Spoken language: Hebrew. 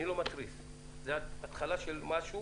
זה התחלה של דיון,